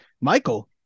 Michael